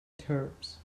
terms